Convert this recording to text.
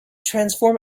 transform